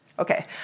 Okay